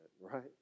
right